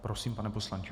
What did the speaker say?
Prosím, pane poslanče.